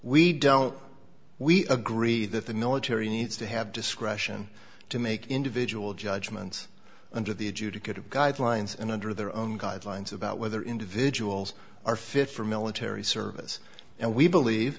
we don't we agree that the military needs to have discretion to make individual judgments under the adjudicated guidelines and under their own guidelines about whether individuals are fit for military service and we believe